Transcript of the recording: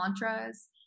mantras